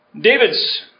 David's